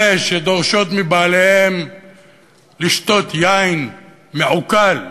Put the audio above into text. אלה שדורשות מבעליהן לשתות יין מעוקל,